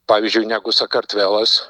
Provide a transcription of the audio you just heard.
pavyzdžiui negu sakartvelas